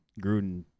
Gruden